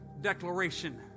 declaration